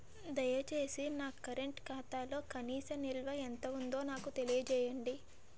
దయచేసి నా కరెంట్ ఖాతాలో కనీస నిల్వ ఎంత ఉందో నాకు తెలియజేయండి